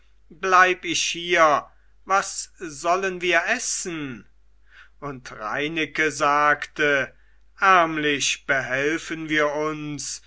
bleib ich hier was sollen wir essen und reineke sagte ärmlich behelfen wir uns